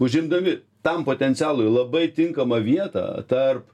užimdami tam potencialui labai tinkamą vietą tarp